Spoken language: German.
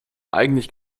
eigentlich